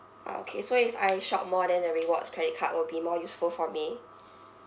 ah okay so if I shop more than the rewards credit card will be more useful for me